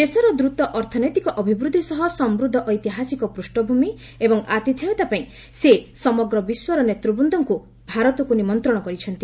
ଦେଶର ଦ୍ରତ ଅର୍ଥନୈତିକ ଅଭିବୃଦ୍ଧି ସହ ସମୃଦ୍ଧ ଐତିହାସିକ ପୃଷ୍ଣଭୂମି ଏବଂ ଆତିଥେୟତା ପାଇଁ ସେ ସମଗ୍ର ବିଶ୍ୱର ନେତୃବ୍ଦଙ୍କୁ ଭାରତକୁ ନିମନ୍ତ୍ରଣ କରିଛନ୍ତି